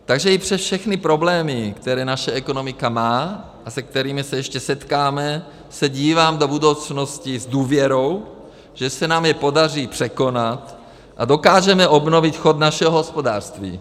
Takže i přes všechny problémy, které naše ekonomika má a se kterými se ještě setkáme, se dívám do budoucnosti s důvěrou, že se nám je podaří překonat a dokážeme obnovit chod našeho hospodářství.